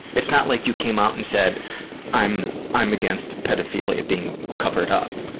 it's not like you came out and said i'm i'm against paedophilia being covered up.